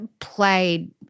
played